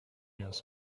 years